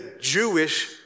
Jewish